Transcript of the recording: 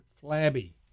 flabby